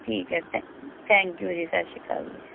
ਠੀਕ ਹੈ ਥੈ ਥੈਂਕ ਯੂ ਜੀ ਸਤਿ ਸ਼੍ਰੀ ਅਕਾਲ ਜੀ